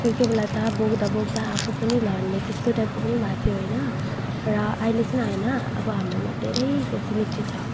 कोही कोही बेला त बोक्दा बोक्दा आफू पनि लड्ने त्यस्तो टाइपको पनि भएको थियो होइन र अहिले चाहिँ होइन अब हाम्रोमा धेरै फेसिलिटी छ